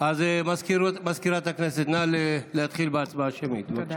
מזכירת הכנסת, נא להתחיל בהצבעה השמית, בבקשה.